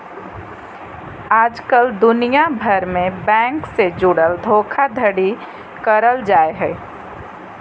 आजकल दुनिया भर मे बैंक से जुड़ल धोखाधड़ी करल जा हय